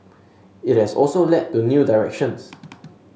it has also led to new directions